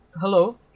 hello